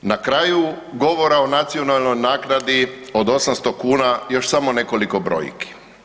Na kraju govora o nacionalnoj naknadi od 800 kuna još samo nekoliko brojki.